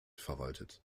verwaltet